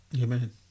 Amen